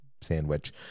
sandwich